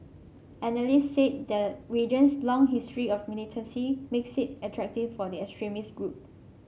analysts said the region's long history of militancy makes it attractive for the extremist group